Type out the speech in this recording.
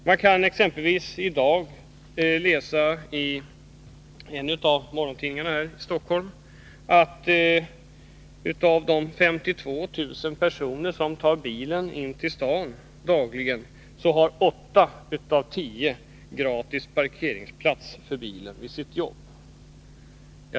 Man kan exempelvis i dag läsai en av morgontidningarna i Stockholm att av de 52 000 personer som tar bilen in till staden dagligen har åtta av tio gratis parkeringsplats för bilen i sitt jobb.